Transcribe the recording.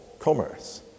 commerce